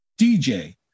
DJ